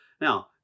Now